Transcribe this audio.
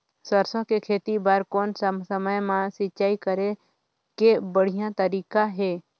सरसो के खेती बार कोन सा समय मां सिंचाई करे के बढ़िया तारीक हे?